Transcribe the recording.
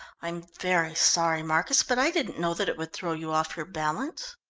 i'm very sorry, marcus, but i didn't know that it would throw you off your balance.